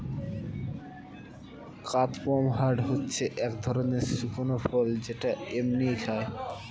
কাদপমহাট হচ্ছে এক ধরণের শুকনো ফল যেটা এমনিই খায়